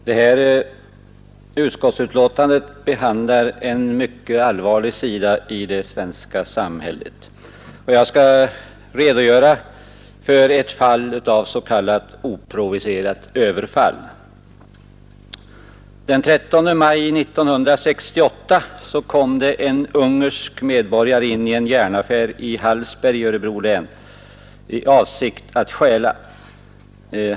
Herr talman! Det här betänkandet behandlar en mycket allvarlig sida av det svenska samhället. Jag skall redogöra för ett fall av s.k. oprovocerat överfall. Den 13 maj 1968 kom en ungersk medborgare in i en järnaffär i Hallsberg i Örebro län i avsikt att stjäla.